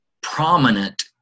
prominent